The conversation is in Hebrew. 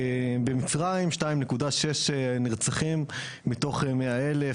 במצרים - 2.6 נרצחים מתוך 100 אלף,